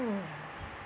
mm